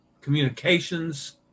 communications